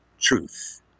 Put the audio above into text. truth